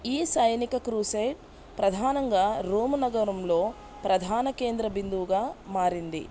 ఈ సైనిక క్రూసేడ్ ప్రధానంగా రోము నగరంలో ప్రధాన కేంద్ర బిందువుగా మారింది